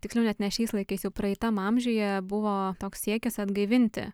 tiksliau net ne šiais laikais jau praeitam amžiuje buvo toks siekis atgaivinti